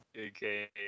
Okay